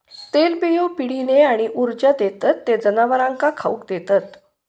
तेलबियो पिढीने आणि ऊर्जा देतत ते जनावरांका खाउक देतत